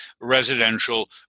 residential